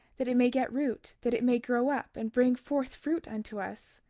that it may get root, that it may grow up, and bring forth fruit unto us.